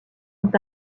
ont